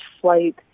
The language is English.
flight